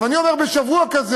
אז אני אומר בשבוע כזה,